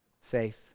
Faith